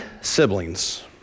siblings